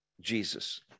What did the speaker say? Jesus